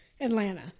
Atlanta